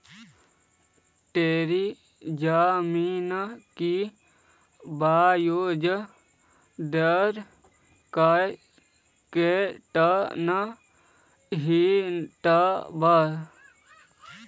तोर जमीन के ब्याज दर केतना होतवऽ?